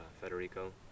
Federico